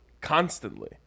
constantly